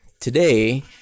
Today